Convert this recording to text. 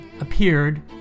appeared